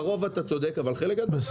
ברוב אתה צודק אבל חלק גדול לא.